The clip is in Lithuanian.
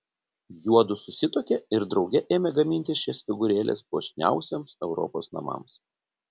juodu susituokė ir drauge ėmė gaminti šias figūrėles puošniausiems europos namams